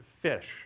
fish